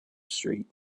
street